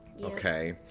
okay